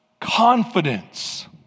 Confidence